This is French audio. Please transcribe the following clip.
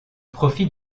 profit